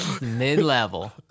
mid-level